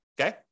okay